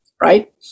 Right